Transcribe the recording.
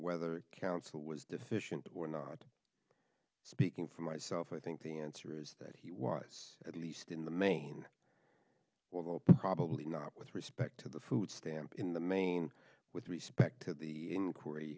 whether counsel was deficient or not speaking for myself i think the answer is that he was at least in the main well probably not with respect to the food stamp in the main with respect to the inquiry